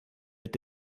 mit